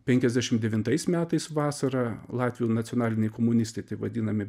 penkiasdešim devintais metais vasarą latvių nacionaliniai komunistai taip vadinami